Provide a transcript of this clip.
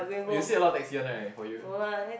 you see a lot of accident right for you